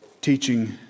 teaching